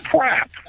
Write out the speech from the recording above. Crap